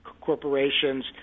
corporations